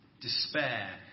despair